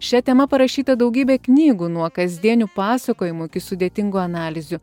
šia tema parašyta daugybė knygų nuo kasdienių pasakojimų iki sudėtingų analizių